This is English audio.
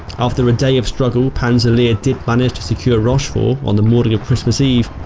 after a day of struggle panzer lehr did manage to secure rochefort on the morning of christmas eve,